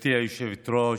גברתי היושבת-ראש,